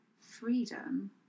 freedom